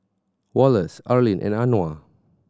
Wallace Arleen and Anwar